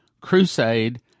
crusade